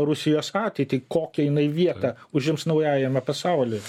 rusijos ateitį kokią jinai vietą užims naujajame pasaulyje